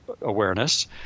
awareness